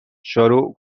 شروع